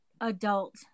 adult